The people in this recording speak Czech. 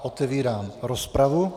Otevírám rozpravu.